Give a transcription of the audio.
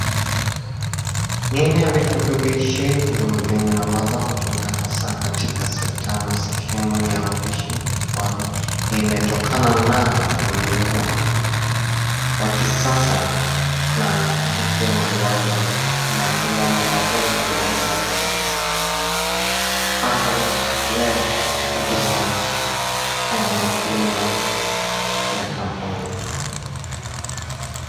Ni aina ya virutubishi venye na ambavyo hutumika hasa katika sekta ama sehemu ya upishi jikoni imetokana na ukulima wa kisasa na ikiwemo ni baadhi ya matunda ama mavuno yaliyoweza kupata ama kutolewa katika aina ya kilimo ya kampuni.